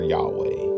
Yahweh